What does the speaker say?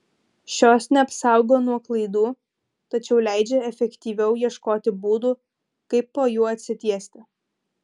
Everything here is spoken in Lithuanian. šios neapsaugo nuo klaidų tačiau leidžia efektyviau ieškoti būdų kaip po jų atsitiesti